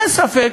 אין ספק